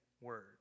word